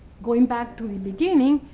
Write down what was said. going back to the beginning,